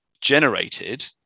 generated